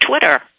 Twitter